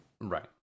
right